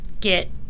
get